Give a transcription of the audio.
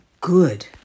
good